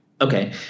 Okay